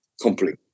Complete